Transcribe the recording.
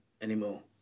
anymore